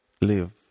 live